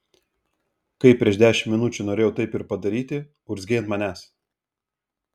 kai prieš dešimt minučių norėjau taip ir padaryti urzgei ant manęs